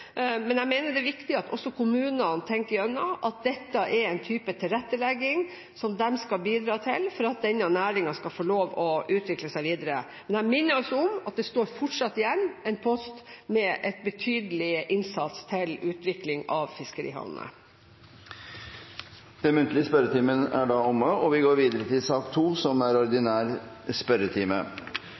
men jeg mener det er viktig at også kommunene tenker igjennom at dette er en type tilrettelegging som de skal bidra til for at denne næringen skal få utvikle seg videre. Jeg minner om at det fortsatt står igjen en post med en betydelig innsats til utvikling av fiskerihavnene. Den muntlige spørretimen er dermed omme.